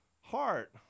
heart